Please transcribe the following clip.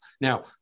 now